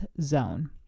zone